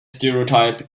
stereotype